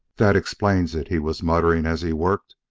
that explains it, he was muttering as he worked,